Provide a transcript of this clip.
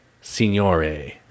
Signore